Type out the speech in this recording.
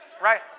right